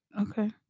Okay